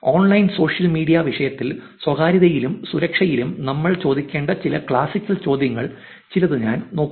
online social media വിഷയത്തിൽ സ്വകാര്യതയിലും സുരക്ഷയിലും നമ്മൾ ചോദിക്കേണ്ട ചില ക്ലാസിക്കൽ ചോദ്യങ്ങളിൽ ചിലത് ഞാൻ നോക്കുന്നു